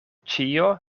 ĉio